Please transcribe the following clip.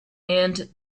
and